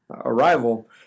arrival